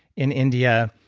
in india,